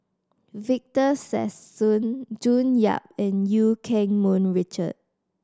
Victor Sassoon June Yap and Eu Keng Mun Richard